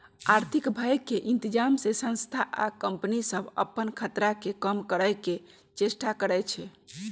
आर्थिक भय के इतजाम से संस्था आ कंपनि सभ अप्पन खतरा के कम करए के चेष्टा करै छै